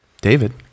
David